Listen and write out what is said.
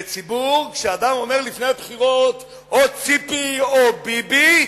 כשאדם אומר לפני הבחירות: או ציפי או ביבי,